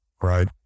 Right